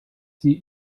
sie